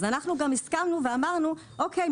אז הסכמנו ואמרנו: אוקי,